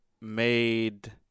made